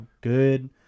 good